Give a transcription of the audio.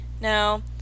now